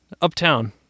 Uptown